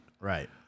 Right